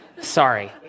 Sorry